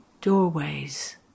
doorways